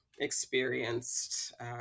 experienced